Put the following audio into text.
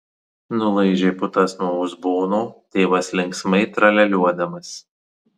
nulaižė putas nuo uzbono tėvas linksmai tralialiuodamas